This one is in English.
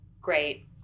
great